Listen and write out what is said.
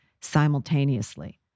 simultaneously